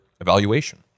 evaluation